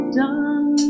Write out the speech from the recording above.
done